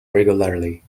regularly